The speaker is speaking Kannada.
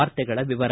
ವಾರ್ತೆಗಳ ವಿವರ